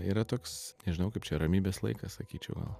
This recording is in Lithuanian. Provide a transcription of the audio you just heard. yra toks nežinau kaip čia ramybės laikas sakyčiau gal